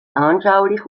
anschaulich